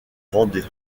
vendée